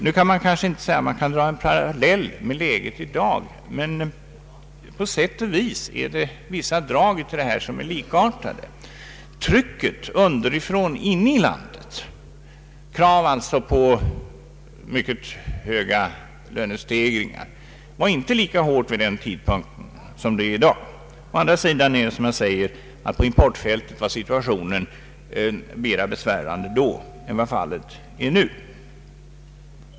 Man kan kanske inte säga att man kan dra en parallell med läget i dag, men vissa drag är på sätt och vis likartade. Trycket underifrån inne i landet, alltså krav på stora lönehöjningar, var inte lika starkt vid den tidpunkten som i dag. Å andra sidan var som jag framhållit situationen på importfältet mera besvärande då än vad fallet är nu.